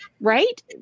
right